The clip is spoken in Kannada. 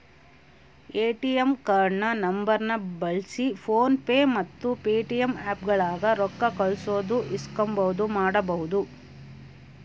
ಎ.ಟಿ.ಎಮ್ ಕಾರ್ಡಿನ ನಂಬರ್ನ ಬಳ್ಸಿ ಫೋನ್ ಪೇ ಮತ್ತೆ ಪೇಟಿಎಮ್ ಆಪ್ಗುಳಾಗ ರೊಕ್ಕ ಕಳ್ಸೋದು ಇಸ್ಕಂಬದು ಮಾಡ್ಬಹುದು